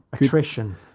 attrition